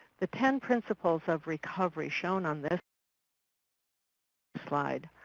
the ten principles of recovery shown on this slide,